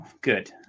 Good